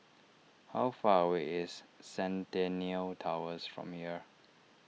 how far away is Centennial Towers from here